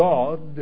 God